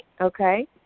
Okay